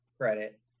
credit